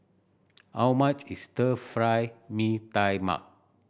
how much is Stir Fried Mee Tai Mak